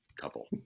couple